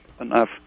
enough